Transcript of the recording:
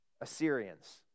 Assyrians